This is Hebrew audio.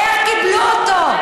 איך קיבלו אותו.